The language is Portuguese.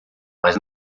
mas